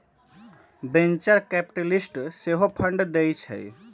venture capitalist सेहो fund देइ छइ